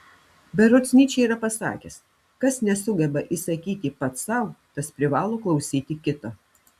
berods nyčė yra pasakęs kas nesugeba įsakyti pats sau tas privalo klausyti kito